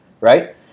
right